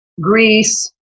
Greece